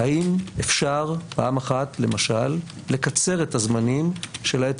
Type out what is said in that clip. האם אפשר פעם אחת למשל לקצר את הזמנים שלעת